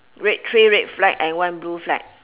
red three red flag and one blue flag